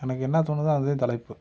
எனக்கு என்ன தோணுதோ அதுதான் தலைப்பு